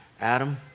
Adam